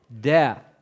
death